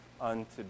unto